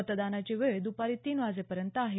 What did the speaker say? मतदानाची वेळ दुपारी तीन वाजेपर्यंत आहे